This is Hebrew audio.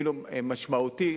אפילו משמעותי,